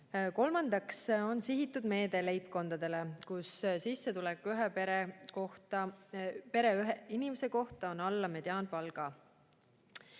Kolmandaks on sihitud meede leibkondadele, kus sissetulek pere ühe inimese kohta on alla mediaanpalga.